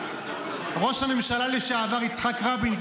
ראש הממשלה לשעבר יצחק רבין,